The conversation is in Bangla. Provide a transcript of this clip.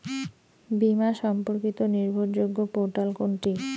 বীমা সম্পর্কিত নির্ভরযোগ্য পোর্টাল কোনটি?